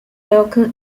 local